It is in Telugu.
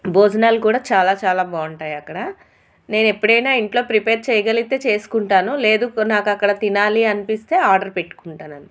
భోజనాలు కూడా చాలా చాలా బాగుంటాయి అక్కడ నేను ఎప్పుడైనా ఇంట్లో ప్రిపేర్ చేయగలిగితే చేసుకుంటాను లేదు నాకు అక్కడ తినాలి అనిపిస్తే ఆర్డర్ పెట్టుకుంటాను